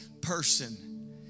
person